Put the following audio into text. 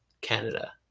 canada